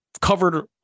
covered